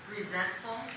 Resentful